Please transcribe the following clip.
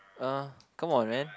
uh come on man